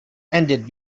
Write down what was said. ended